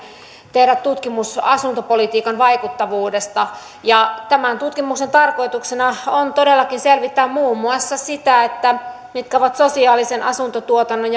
tehdä tutkimuksen asuntopolitiikan vaikuttavuudesta tämän tutkimuksen tarkoituksena on todellakin selvittää muun muassa sitä mitkä ovat sosiaalisen asuntotuotannon